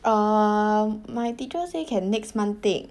err my teacher say can next month take